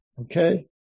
Okay